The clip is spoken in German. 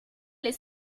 ist